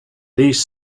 these